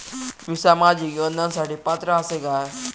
मी सामाजिक योजनांसाठी पात्र असय काय?